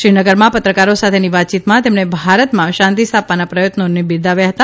શ્રી નગરમાં પત્રકારો સાથેની વાતચીતમાં તેમણે ભારતના શાંતિ સ્થાપવાના પ્રયત્નોને બિરદાવ્યા હતા